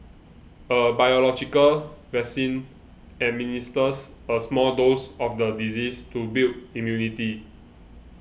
a biological vaccine administers a small dose of the disease to build immunity